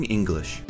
English